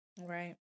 Right